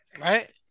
Right